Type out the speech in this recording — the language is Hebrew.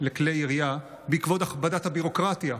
לכלי ירייה בעקבות הכבדת הביורוקרטיה.